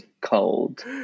cold